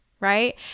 right